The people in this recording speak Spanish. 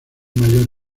mayor